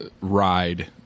ride